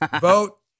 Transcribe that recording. Vote